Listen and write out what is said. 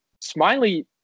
Smiley